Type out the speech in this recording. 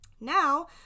Now